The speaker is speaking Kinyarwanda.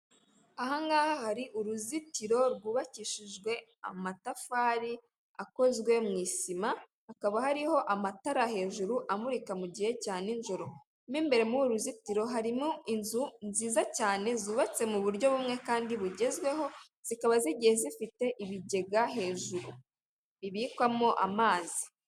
Aha ngaha hari uruzitiro rwubakishijwe amatafari akozwe mu isima, hakaba hariho amatara hejuru amurika mu gihe cya ninjoro. Mo imbere muri uru ruzitiro harimo inzu nziza cyane zubatse mu buryo bumwe kandi bugezweho, zikaba zigiye zifite ibigega hejuru bibikwamo amazi.